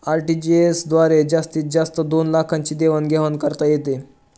RTGS द्वारे जास्तीत जास्त दोन लाखांची देवाण घेवाण करता येते